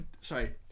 Sorry